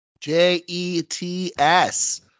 J-E-T-S